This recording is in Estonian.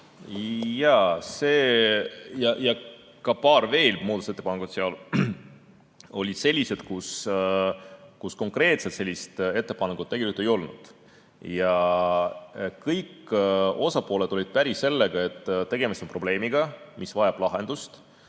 ja veel paar muudatusettepanekut olid sellised, kus konkreetselt sellist ettepanekut tegelikult ei olnud. Kõik osapooled olid päri sellega, et tegemist on probleemiga, mis vajab lahendust,